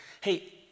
Hey